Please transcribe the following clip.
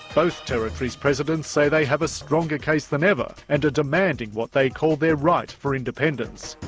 both territories' presidents say they have a stronger case than ever, and are demanding what they call their right for independence.